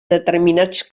determinats